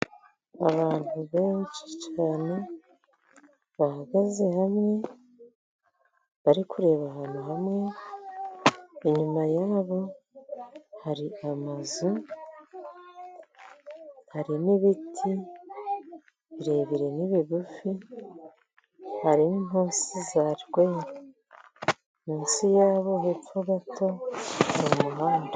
Abantu benshi cyane bahagaze hamwe bari kureba ahantu hamwe, inyuma yabo hari amazu hari n'ibiti birebire n'ibigufi, hari n'intusi za rweru, munsi yabo hepfo gato ni mu muhanda.